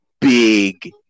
big